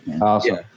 Awesome